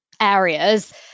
areas